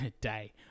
day